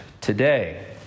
today